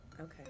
Okay